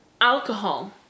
alcohol